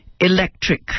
electric